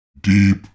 Deep